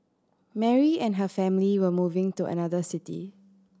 Mary and her family were moving to another city